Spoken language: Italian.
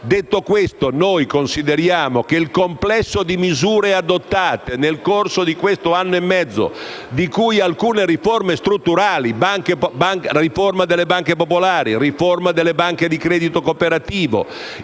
Detto questo, noi consideriamo che il complesso di misure adottate nel corso di quest'anno e mezzo, di cui alcune riforme strutturali (riforma delle banche popolari, riforma delle banche di credito cooperativo,